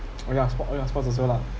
oh ya sports oh ya sports also lah